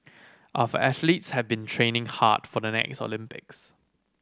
of athletes have been training hard for the next Olympics